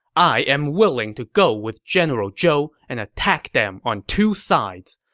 i am willing to go with general zhou and attack them on two sides.